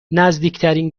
نزدیکترین